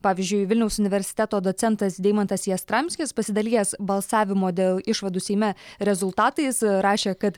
pavyzdžiui vilniaus universiteto docentas deimantas jastramskis pasidalijęs balsavimo dėl išvadų seime rezultatais rašė kad